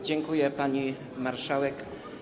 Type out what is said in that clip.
Dziękuję, pani marszałek.